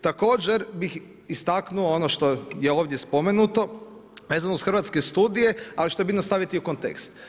Također bih istaknuo ono što je ovdje spomenuto vezano uz Hrvatske studije, a što je bitno staviti i u kontekst.